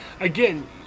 again